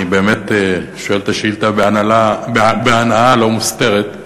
אני שואל את השאילתה בהנאה לא מוסתרת.